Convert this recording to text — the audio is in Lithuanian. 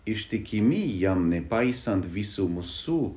ištikimi jam nepaisant visų mūsų